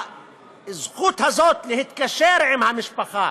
הזכות הזאת, להתקשר עם המשפחה,